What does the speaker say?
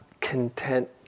content